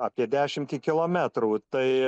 apie dešimtį kilometrų tai